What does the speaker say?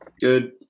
Good